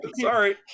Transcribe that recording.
sorry